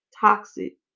toxic